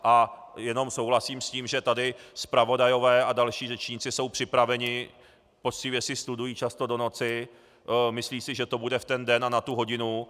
A jenom souhlasím s tím, že tady zpravodajové a další řečníci jsou připraveni, poctivě si studují často do noci, myslí si, že to bude v ten den a na tu hodinu.